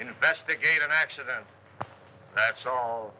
investigate an accident that's all